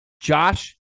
Josh